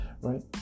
right